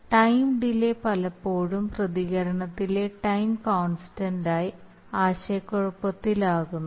time delay പലപ്പോഴും പ്രതികരണത്തിലെ time constant ആയി ആശയക്കുഴപ്പത്തിലാകുന്നു